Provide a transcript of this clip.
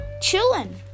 chilling